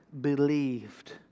believed